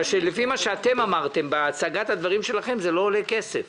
לפי מה שאתם אמרתם בהצגת הדברים שלכם זה לא עולה כסף